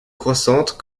croissante